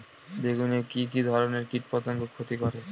বেগুনে কি কী ধরনের কীটপতঙ্গ ক্ষতি করে?